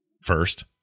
First